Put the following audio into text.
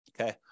Okay